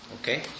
Okay